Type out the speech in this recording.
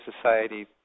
society